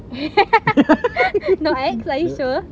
no ex are you sure